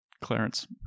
Clarence